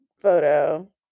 photo